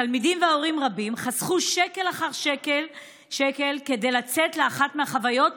תלמידים והורים רבים חסכו שקל אחר שקל כדי לצאת לאחת החוויות